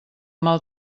mal